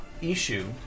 issue